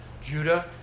Judah